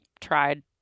tried